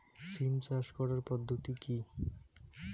সিম চাষ করার পদ্ধতি কী?